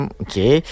okay